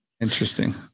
Interesting